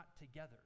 together